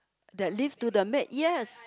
that leads to the maid yes